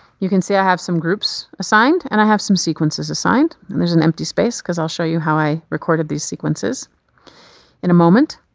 you can see i have some groups assigned and i have some sequences assigned. and there's an empty space cause i'll show you how i recorded these sequences in a moment.